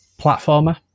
platformer